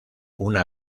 una